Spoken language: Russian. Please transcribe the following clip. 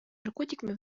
наркотиками